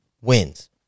wins